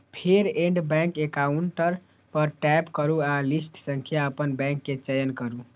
फेर add bank account पर tap करू आ लिस्ट सं अपन बैंक के चयन करू